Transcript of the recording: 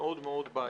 מאוד-מאוד בעייתי.